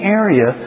area